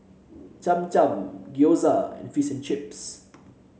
Cham Cham Gyoza and Fish and Chips